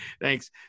Thanks